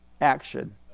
action